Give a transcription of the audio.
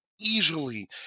easily